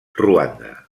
ruanda